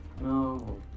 No